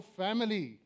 family